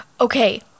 okay